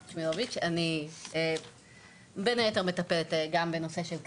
דפנה שמילוביץ' אני בין היתר מטפלת גם בנושא של קליטה.